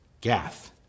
Gath